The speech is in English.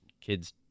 kids